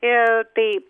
ir tai